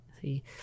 See